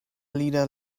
leader